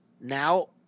now